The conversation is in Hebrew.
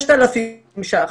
6,000 שקלים.